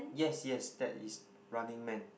yes yes that is Running Man